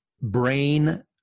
brain